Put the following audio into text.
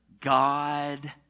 God